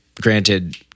granted